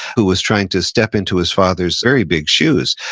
who was trying to step into his father's very big shoes.